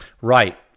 Right